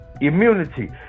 Immunity